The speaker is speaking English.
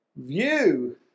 view